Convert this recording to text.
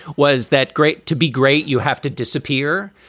was that great to be great? you have to disappear,